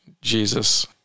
jesus